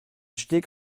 steg